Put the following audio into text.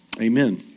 Amen